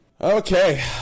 Okay